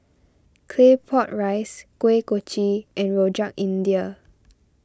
Claypot Rice Kuih Kochi and Rojak India